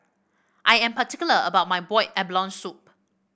I am particular about my Boiled Abalone Soup